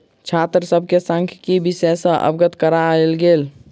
छात्र सभ के सांख्यिकी विषय सॅ अवगत करायल गेल